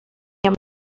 amb